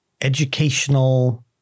educational